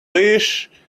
leash